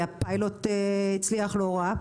כי הפיילוט הצליח לא רע,